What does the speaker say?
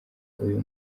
uyu